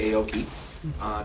Aoki